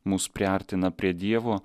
mus priartina prie dievo